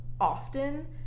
often